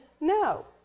No